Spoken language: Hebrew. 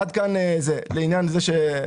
עד כאן לעניין זה.